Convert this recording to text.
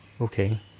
Okay